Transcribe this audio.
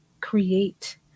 create